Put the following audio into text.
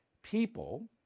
People